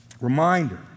Reminder